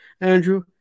Andrew